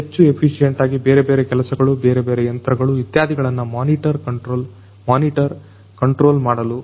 ಹೆಚ್ಚು ಎಫಿಸಿಯೆಂಟ್ ಆಗಿ ಬೇರೆ ಬೇರೆ ಕೆಲಸಗಳು ಬೇರೆ ಬೇರೆ ಯಂತ್ರಗಳು ಇತ್ಯಾದಿಗಳನ್ನ ಮೋನಿಟರ್ ಕಂಟ್ರೋಲ್ ಮಾಡಲು